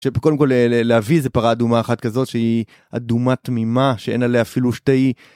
קודם כל להביא איזה פרה אדומה אחת כזאת שהיא אדומה תמימה שאין עליה אפילו שתי